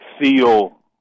feel